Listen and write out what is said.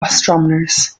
astronomers